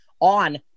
on